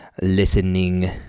listening